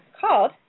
called